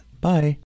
Bye